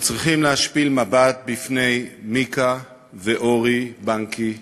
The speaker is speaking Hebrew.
אנחנו צריכים להשפיל מבט בפני מיקה ואורי בנקי,